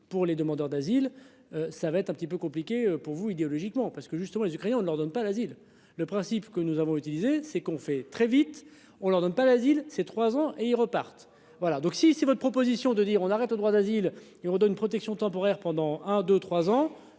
pour les demandeurs d'asile. Ça va être un petit peu compliqué pour vous idéologiquement parce que justement créé on ne leur donne pas l'asile le principe que nous avons utilise. C'est qu'on fait très vite, on leur donne pas l'asile ces trois ans et ils repartent. Voilà donc si si votre proposition de dire on arrête au droit d'asile et on donne une protection temporaire pendant un 2 3 ans.